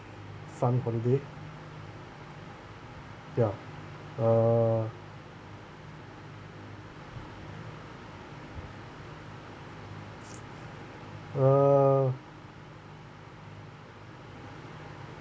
fun holiday ya uh uh